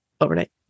overnight